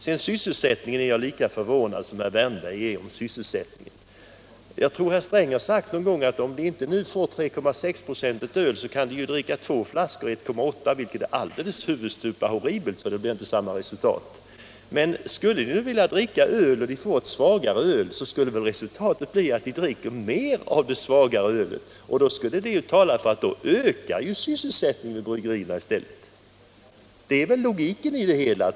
Att sysselsättningsskäl åberopas gör mig lika förvånad som herr Wärnberg. Jag tror herr Sträng har sagt någon gång att om vi inte får 3,6 procentigt öl så kan man dricka två flaskor 1,8-procentigt, vilket är alldeles horribelt, för det blir inte samma effekt. Men skulle vi nu bara få ett svagare öl så skulle väl resultatet bli att det dricks mer av det svagare ölet, och det talar för att sysselsättningen ökar vid bryggerierna. Det är logiken i det hela.